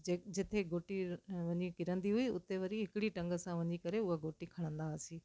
जो जिते गोटी वञी किरंदी हुई उते वरी हिकड़ी टंग सां वञी करे उहा गोटी खणंदा हुआसीं